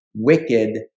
Wicked